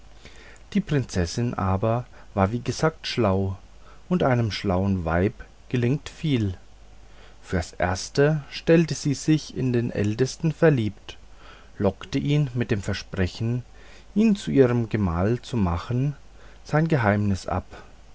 die prinzessin aber war wie gesagt schlau und einem schlauen weibe gelingt viel fürs erste stellte sie sich in den ältesten verliebt lockte ihm mit dem versprechen ihn zu ihrem gemahl zu machen sein geheimnis ab